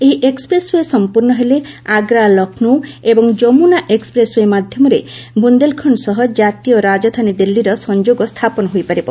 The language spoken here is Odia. ଏହି ଏକ୍ୱପ୍ରେସ୍ ଓ୍ୱେ ସମ୍ପର୍ଶ୍ଣ ହେଲେ ଆଗ୍ରା ଲକ୍ଷ୍ନୌ ଏବଂ ଯମୁନା ଏକ୍ସପ୍ରେସ୍ ଓ୍ୱେ ମାଧ୍ୟମରେ ବୁନ୍ଦେଲ୍ଖଣ୍ଡ ସହ କାତୀୟ ରାଜଧାନୀ ଦିଲ୍କୀର ସଂଯୋଗ ସ୍ଥାପନ ହୋଇପାରିବ